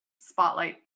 spotlight